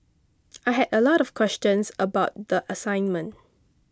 I had a lot of questions about the assignment